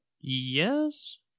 Yes